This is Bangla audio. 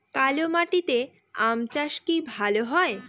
কালো মাটিতে আম চাষ কি ভালো হয়?